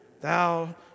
Thou